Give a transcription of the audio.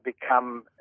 become